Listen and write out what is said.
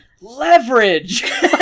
leverage